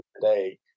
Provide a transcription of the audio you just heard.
today